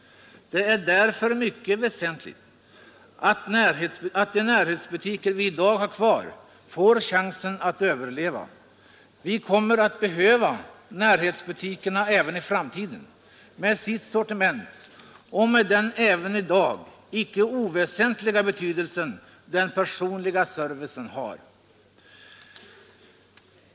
Det är därför mycket väsentligt att de närhetsbutiker vi i dag har kvar får chansen att överleva. Vi kommer att behöva närhetsbutikerna även i framtiden med deras sortiment och med den även i dag icke oväsentliga betydelse den personliga servicen har.